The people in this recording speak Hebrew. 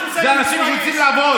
אלה אנשים שיוצאים לעבוד.